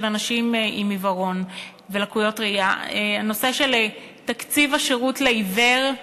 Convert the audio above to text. אנשים עם עיוורון ולקויות ראייה: הנושא של תקציב השירות לעיוור,